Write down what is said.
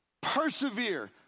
persevere